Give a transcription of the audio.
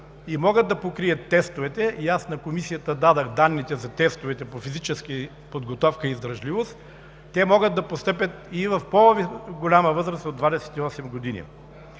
и могат да покрият тестовете, аз на Комисията дадох данните за тестовете по физическа подготовка и издръжливост, те могат да постъпят и в по-голяма възраст от 28 години.